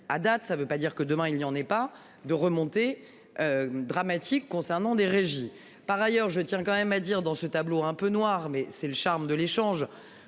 à date ça veut pas dire que demain il y en ait pas de remonter. Dramatique concernant des régies par ailleurs, je tiens quand même. Dans ce tableau un peu noir mais c'est le charme de l'échange